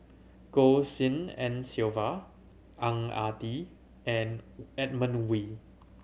Goh Tshin En Sylvia Ang Ah Tee and Edmund Wee